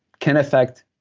can affect